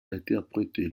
interprétée